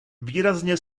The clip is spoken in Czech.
výrazně